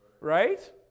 right